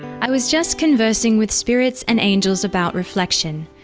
i was just conversing with spirits and angels about reflection,